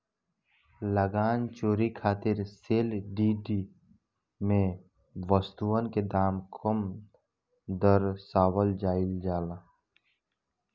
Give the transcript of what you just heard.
लगान चोरी खातिर सेल डीड में वस्तुअन के दाम कम दरसावल जाइल जाला